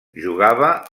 jugava